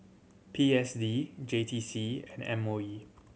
P S D J T C and M O E